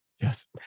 yes